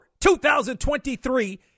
2023